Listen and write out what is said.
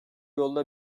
yolda